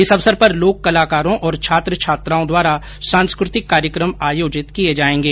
इस अवसर पर लोक कलाकरों और छात्र छात्राओं द्वारा सांस्कृतिक कार्यकम आयोजित किये जायेगें